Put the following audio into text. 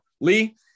Lee